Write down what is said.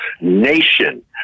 nation